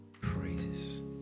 praises